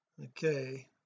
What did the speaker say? Okay